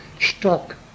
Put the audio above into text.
stock